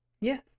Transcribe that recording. Yes